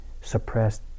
suppressed